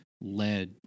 led